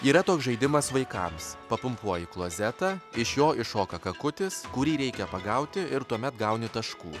yra toks žaidimas vaikams papumpuoji klozetą iš jo iššoka kakutis kurį reikia pagauti ir tuomet gauni taškų